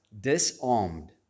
disarmed